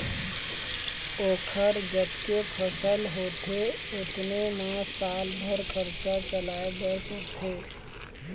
ओखर जतके फसल होथे ओतने म साल भर खरचा चलाए बर परथे